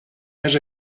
més